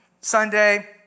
Sunday